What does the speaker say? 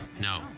No